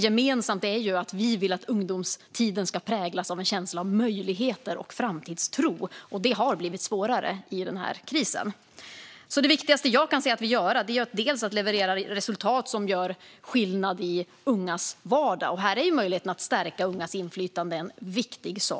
Gemensamt är dock att vi vill att ungdomstiden ska präglas av en känsla av möjligheter och framtidstro, och det har blivit svårare i den här krisen. Det viktigaste jag ser att vi kan göra är att leverera resultat som gör skillnad i ungas vardag, och här är möjligheten att stärka ungas inflytande en viktig del.